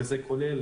וזה כולל